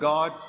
God